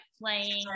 playing